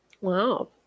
Wow